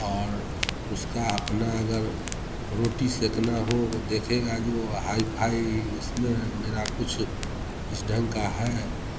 और उसका अपना अगर रोटी सेकना हो वो देखेगा जो हाई फाई इसमें मेरा कुछ इस ढंग का है